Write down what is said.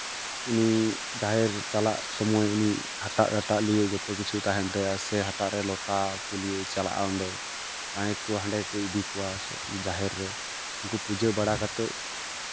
ᱩᱱᱤ ᱡᱟᱦᱮᱨ ᱪᱟᱞᱟᱜ ᱥᱚᱢᱚᱭ ᱩᱱᱤ ᱦᱟᱴᱟᱜᱼᱰᱟᱴᱟᱜ ᱞᱤᱭᱮ ᱡᱚᱛᱚ ᱠᱤᱪᱷᱩ ᱛᱟᱦᱮᱱ ᱛᱟᱭᱟ ᱦᱟᱴᱟᱜ ᱨᱮ ᱞᱚᱴᱟ ᱠᱩᱞᱭᱟᱹᱭ ᱪᱟᱞᱟᱜᱼᱟ ᱚᱸᱰᱮ ᱡᱟᱦᱟᱸᱭ ᱠᱚ ᱦᱟᱸᱰᱮ ᱠᱚ ᱤᱫᱤ ᱠᱚᱣᱟ ᱡᱟᱦᱮᱨ ᱨᱮ ᱩᱱᱠᱩ ᱯᱩᱡᱟᱹ ᱵᱟᱲᱟ ᱠᱟᱛᱮ